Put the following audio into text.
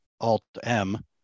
Alt-M